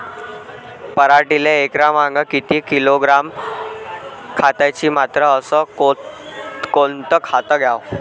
पराटीले एकरामागं किती किलोग्रॅम खताची मात्रा अस कोतं खात द्याव?